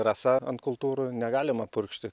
rasa ant kultūrų negalima purkšti